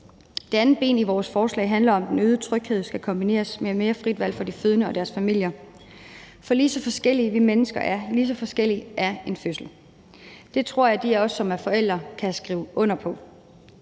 Det andet ben i vores forslag handler om, at den øgede tryghed skal kombineres med mere frit valg for de fødende og deres familier. For lige så forskellige vi mennesker er, lige så forskellig er en fødsel. Det tror jeg de af os, som er forældre, kan skrive under på.